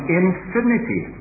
infinity